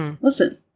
Listen